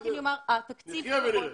נחיה ונראה.